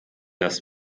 das